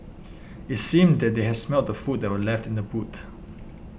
it seemed that they had smelt the food that were left in the boot